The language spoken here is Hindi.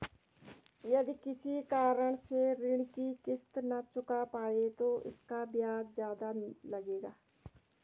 यदि किसी कारण से ऋण की किश्त न चुका पाये तो इसका ब्याज ज़्यादा लगेगा?